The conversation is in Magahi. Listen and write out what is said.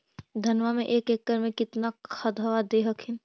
धनमा मे एक एकड़ मे कितना खदबा दे हखिन?